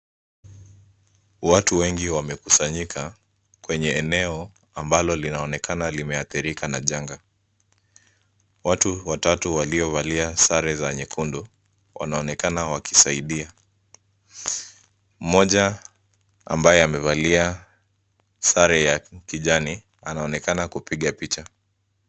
Watu wengi wamekusanyika kwenye eneo ambalo linaonekana limeadhirika na changa. Watu watatu waliovalia sare za nyekundu wanaonekana wakisaidia. Mmoja ambaye amevalia sare ya kijani anaonekana kupiga picha.